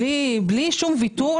בלי שום ויתור,